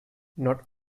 not